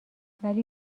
ولی